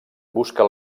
busca